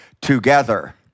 together